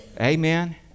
Amen